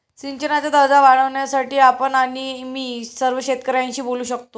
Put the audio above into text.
सिंचनाचा दर्जा वाढवण्यासाठी आपण आणि मी सर्व शेतकऱ्यांशी बोलू शकतो